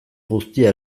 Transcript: guztia